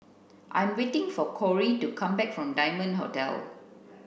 I'm waiting for Corrie to come back from Diamond Hotel